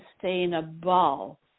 sustainable